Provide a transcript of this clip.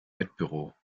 wettbüro